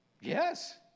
Yes